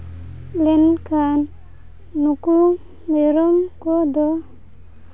ᱞᱮᱱᱠᱷᱟᱱ ᱱᱩᱠᱩ ᱢᱮᱨᱚᱢ ᱠᱚᱫᱚ